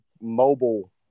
mobile